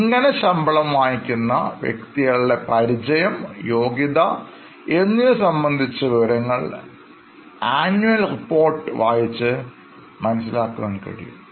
ഇങ്ങനെ ശമ്പളം വാങ്ങിക്കുന്ന വ്യക്തികളുടെ പരിചയം യോഗ്യത എന്നിവ സംബന്ധിച്ച വിവരങ്ങൾ ആനുവൽ റിപ്പോർട്ട് വായിച്ച് മനസ്സിലാക്കാൻ കഴിയും